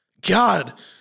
God